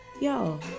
yo